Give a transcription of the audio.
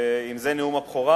אם זה נאום הבכורה,